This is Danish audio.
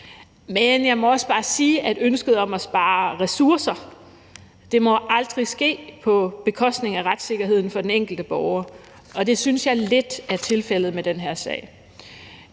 men jeg må også bare sige, at ønsket om at spare ressourcer aldrig må ske på bekostning af retssikkerheden for den enkelte borger, og det synes jeg lidt er tilfældet i den her sag.